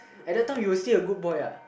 at the time he was still a good boy lah